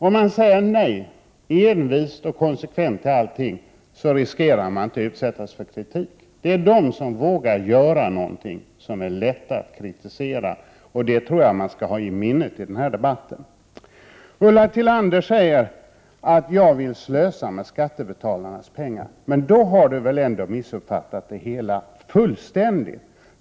Om man, envist och konsekvent, säger nej till allting, riskerar man inte att utsätta sig för kritik. Det är de som vågar göra någonting som är lätta att kritisera. Det tror jag att man skall hålla i minnet i den här debatten. Ulla Tillander säger att jag vill slösa med skattebetalarnas pengar. Men då har väl Ulla Tillander ändå fullständigt missuppfattat det hela!